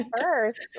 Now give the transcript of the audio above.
first